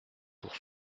pour